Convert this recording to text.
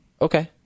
Okay